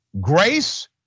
grace